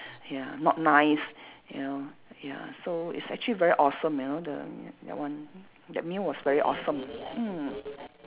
ya not nice you know ya so it's actually very awesome you know the that one that meal was very awesome mm